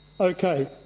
Okay